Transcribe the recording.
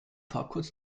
farbcodes